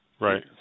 Right